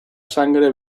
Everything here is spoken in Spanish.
sangre